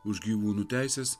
už gyvūnų teises